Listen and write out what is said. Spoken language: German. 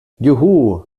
juhu